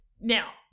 Now